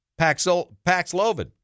Paxlovid